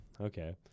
okay